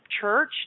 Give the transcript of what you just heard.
church